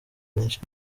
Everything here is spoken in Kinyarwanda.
benshi